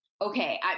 okay